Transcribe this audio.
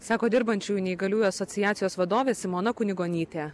sako dirbančiųjų neįgaliųjų asociacijos vadovė simona kunigonytė